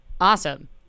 awesome